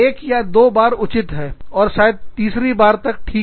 एक या दो बार उचित है और शायद तीसरी बार ठीक है